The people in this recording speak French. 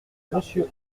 monsieur